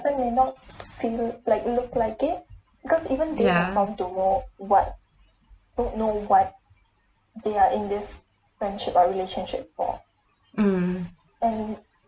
ya mm